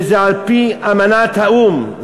וזה על-פי אמנת האו"ם,